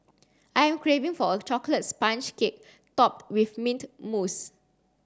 I am craving for a chocolate sponge cake topped with mint mousse